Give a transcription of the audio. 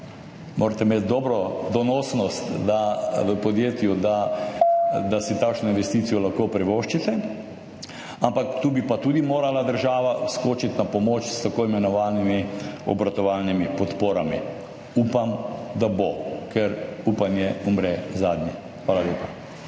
Morate imeti dobro donosnost v podjetju, da si takšno investicijo lahko privoščite, ampak tu bi pa tudi morala država skočiti na pomoč s tako imenovanimi obratovalnimi podporami. Upam, da bo. Ker upanje umre zadnje. Hvala lepa.